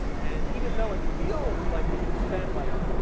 and even though it feels like we should spend, like,